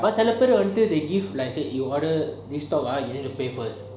சில பெரு வந்து:silla peru vantu they give like in order to stock